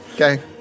okay